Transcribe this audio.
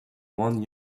one